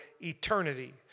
eternity